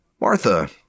Martha